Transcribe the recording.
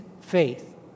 faith